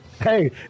Hey